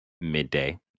midday